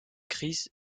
chris